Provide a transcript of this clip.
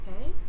okay